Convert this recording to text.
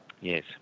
yes